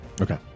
okay